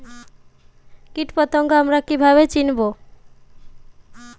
কীটপতঙ্গ আমরা কীভাবে চিনব?